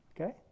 Okay